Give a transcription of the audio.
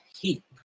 heap